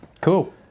cool